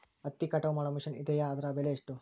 ಹತ್ತಿ ಕಟಾವು ಮಾಡುವ ಮಿಷನ್ ಇದೆಯೇ ಅದರ ಬೆಲೆ ಎಷ್ಟು?